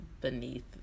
beneath